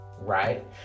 right